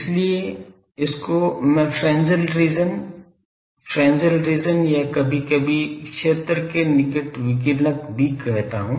इसलिए इस क्षेत्र को मैं फ्रेन्ज़ेल रीज़न फ्रेन्ज़ेल रीज़न या कभी कभी क्षेत्र के निकट विकिरणक भी कहता हूं